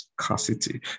scarcity